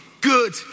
Good